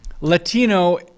Latino